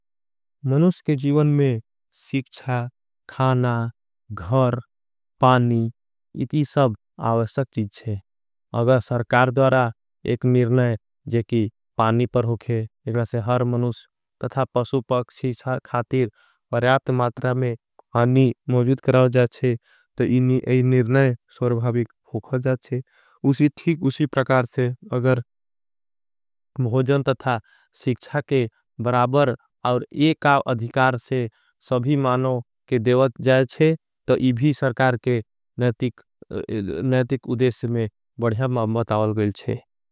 मनुस्के जीवन में सीख्चा, खाना, घर पानी इती। सब आवस्थक चीज़ है अगर सरकार द्वारा एक निर्णय। जेकी पानी पर होगे एक लासे हर मनुस तथा पसू पाक्षी। खातीर परयात मात्रा में पानी मौजूद कराओ जाचे। तो ये निर्णय स्वर्भाविक होगा जाचे अगर भोजन तथा। सीख्चा के बराबर और एक आव अधिकार से सभी। मानों के देवत जाएचे तो इभी सरकार के नयतिक। उदेश में बढ़याब मामबत आवल गेल छे।